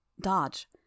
Dodge